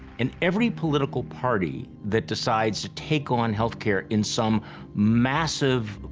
and every political party that decides to take on healthcare in some massive,